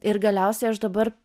ir galiausiai aš dabar